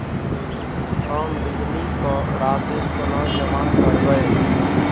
हम बिजली कऽ राशि कोना जमा करबै?